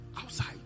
outside